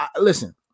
listen